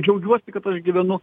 džiaugiuosi kad aš gyvenu